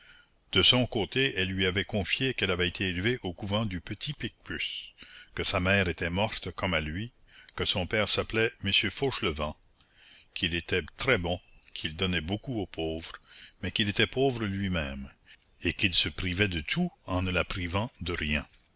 de son côté elle lui avait confié qu'elle avait été élevée au couvent du petit picpus que sa mère était morte comme à lui que son père s'appelait m fauchelevent qu'il était très bon qu'il donnait beaucoup aux pauvres mais qu'il était pauvre lui-même et qu'il se privait de tout en ne la privant de rien